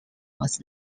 was